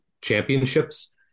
Championships